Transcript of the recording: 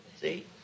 See